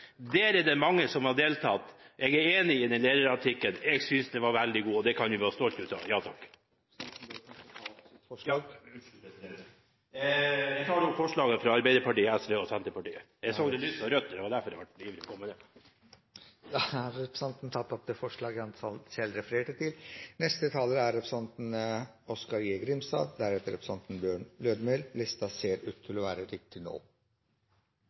Der er det mange som har deltatt.» Jeg er enig i denne lederartikkelen. Jeg syns den var veldig god, og det kan vi være stolte over. Jeg tar opp forslaget fra Arbeiderpartiet, SV og Senterpartiet. Representanten har tatt opp det forslaget han refererte til. Så er vi atter ein gong i ferd med å